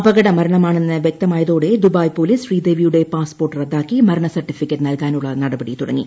അപകട മരണമാണെന്ന് വ്യക്തമായതോടെ ദുബായ് പോലീസ് ശ്രീദേവിയുടെ പാസ്പോർട്ട് റദ്ദാക്കി മരണ സർട്ടിഫിക്കറ്റ് നൽകാനുള്ള നടപടി തുടങ്ങി